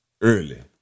early